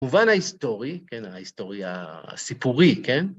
מובן ההיסטורי, כן, ההיסטורי הסיפורי, כן?